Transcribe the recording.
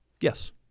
Yes